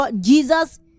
Jesus